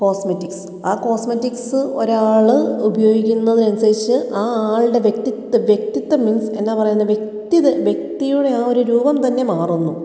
cosmetics ആ cosmetics ഒരാൾ ഉപയോഗിക്കുന്നതനുസരിച്ച് ആ ആളുടെ വ്യക്തിത്വം വ്യക്തിത്വം മീൻസ് എന്നാ പറയുന്നേ വ്യക്തി വ്യക്തിയുടെ ആ ഒരു രൂപം തന്നെ മാറുന്നു